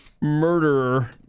murderer